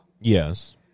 Yes